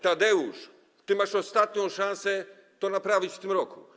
Tadeusz, ty masz ostatnią szansę to naprawić w tym roku.